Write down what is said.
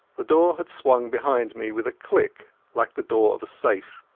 the door had swung behind me with a click like the door of a safe.